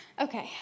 Okay